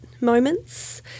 moments